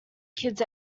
kids